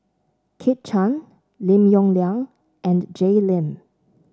Kit Chan Lim Yong Liang and Jay Lim